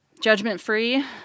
judgment-free